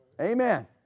Amen